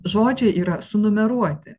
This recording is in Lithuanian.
žodžiai yra sunumeruoti